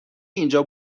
اینجا